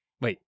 Wait